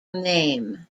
name